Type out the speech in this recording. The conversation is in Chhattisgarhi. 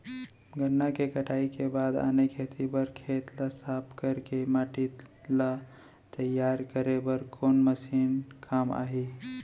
गन्ना के कटाई के बाद आने खेती बर खेत ला साफ कर के माटी ला तैयार करे बर कोन मशीन काम आही?